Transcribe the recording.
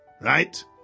right